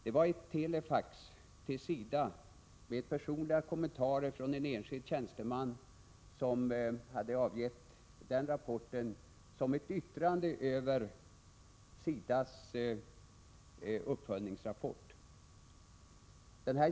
Det var ett telefax till SIDA med personliga kommentarer från en enskild tjänsteman som hade avgett den rapporten som ett yttrande över SIDA:s uppföljningsrapport.